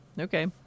Okay